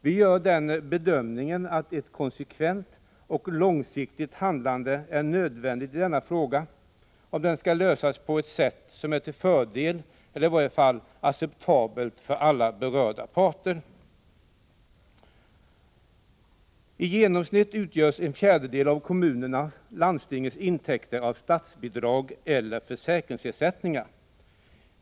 Vi gör den bedömningen att ett konsekvent och långsiktigt handlande är nödvändigt i denna fråga, om den skall lösas på ett sätt som är till fördel för eller i vart fall acceptabelt för alla berörda parter. I genomsnitt utgörs en fjärdedel av kommunernas och landstingens intäkter av statsbidrag eller försäkringsersättningar.